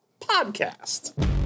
podcast